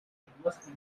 import